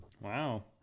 Wow